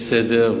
יש סדר,